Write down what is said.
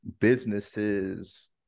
businesses